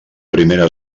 primera